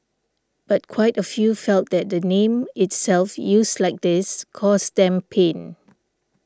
but quite a few felt that the name itself used like this caused them pain